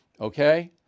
Okay